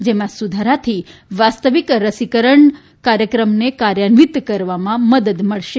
જેમાં સુધારાથી વાસ્તવિક રસીકરણ કાર્યક્રમને કાર્યાન્વિત કરવામાં મદદ મળશે